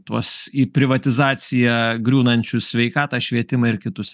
tuos į privatizaciją griūnančius sveikatą švietimą ir kitus